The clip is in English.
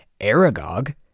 Aragog